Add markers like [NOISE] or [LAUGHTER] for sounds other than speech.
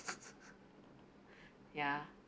[LAUGHS] ya